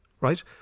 right